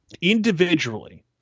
Individually